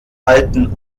alten